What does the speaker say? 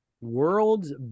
World's